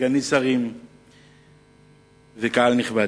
סגני שרים וקהל נכבד,